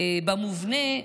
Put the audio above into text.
באופן מובנה,